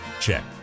Check